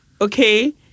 Okay